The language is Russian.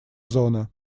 зона